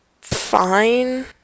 fine